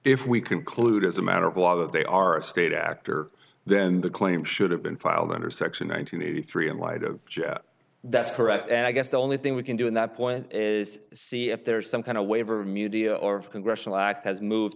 if we conclude as a matter of law that they are a state actor then the claim should have been filed under section one hundred eighty three in light of that's correct and i guess the only thing we can do in that point is see if there is some kind of waiver musea or of congressional act has moved